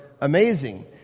amazing